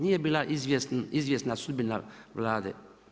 Nije bila izvjesna sudbina Vlade.